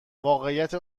واقعیت